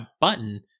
button